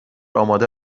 آماده